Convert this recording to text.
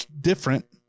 Different